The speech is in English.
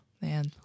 Man